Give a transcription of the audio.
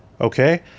Okay